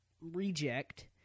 reject